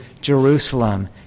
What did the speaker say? Jerusalem